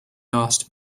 asked